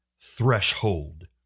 threshold